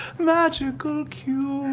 magical cube!